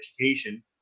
education